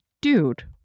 Dude